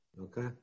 Okay